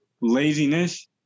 laziness